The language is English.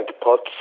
pots